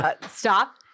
Stop